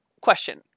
Question